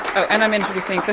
and i'm introducing,